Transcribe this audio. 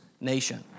nation